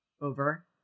over